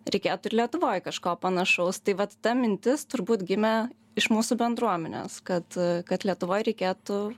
reikėtų ir lietuvoj kažko panašaus tai vat ta mintis turbūt gimė iš mūsų bendruomenės kad kad lietuvoj reikėtų